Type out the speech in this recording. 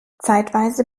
zeitweise